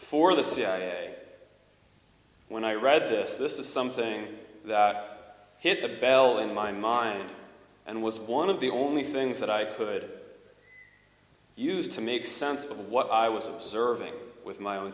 for the cia when i read this this is something that hit the bell in my mind and was one of the only things that i could use to make sense of what i was observing with my own